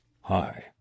Hi